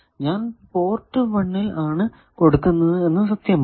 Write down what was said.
ഞാൻ പോർട്ട് 1 ൽ ആണ് കൊടുക്കുന്നത് എന്നത് സത്യമാണ്